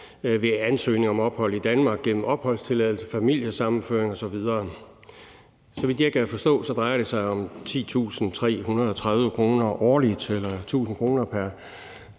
ved ansøgning om ophold i Danmark gennem opholdstilladelse, familiesammenføring osv. Så vidt jeg kan forstå, drejer det sig om 10.330 kr. årligt eller små 1.000 kr. pr.